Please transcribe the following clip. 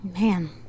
Man